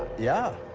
yeah,